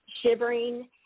shivering